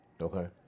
Okay